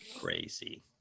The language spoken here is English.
Crazy